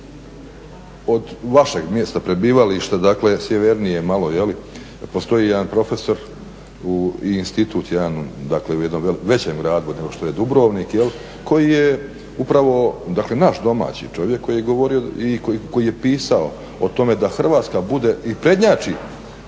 od vašeg mjesta prebivališta, dakle sjevernije malo postoji jedan profesor i institut jedan, dakle u jednom većem gradu od onog što je Dubrovnik, koji je upravo, dakle naš domaći čovjek, koji je govorio i koji je pisao o tome da Hrvatska bude i prednjači